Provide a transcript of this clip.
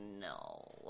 no